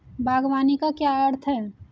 बागवानी का क्या अर्थ है?